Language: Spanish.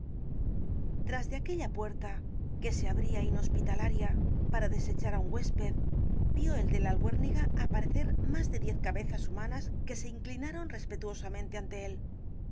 tras de aquella puerta que se abría inhospitalaria para desechar á un huésped vio el de la albuérniga aparecer más de diez cabezas humanas que se inclinaron respetuosamente ante él los